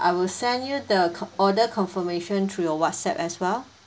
I will send you the order confirmation through your WhatsApp as well